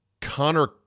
Connor